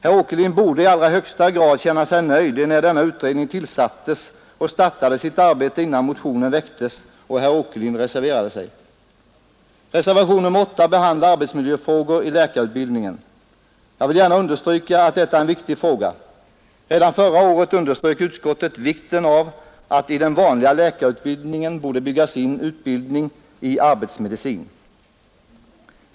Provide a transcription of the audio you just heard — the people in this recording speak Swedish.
Herr Åkerlind borde i allra högsta grad känna sig nöjd enär denna utredning tillsattes och startade sitt arbete innan motionen väcktes och herr Åkerlind reserverade sig. Reservationen 8 behandlar arbetsmiljöfrågor i läkarutbildningen. Jag vill gärna understryka att detta är en viktig fråga. Redan förra året underströk utskottet vikten av att i den vanliga läkarutbildningen bygga in utbildning i arbetsmedicin.